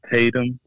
Tatum